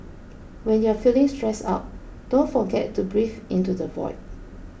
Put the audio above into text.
when you are feeling stressed out don't forget to breathe into the void